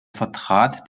vertrat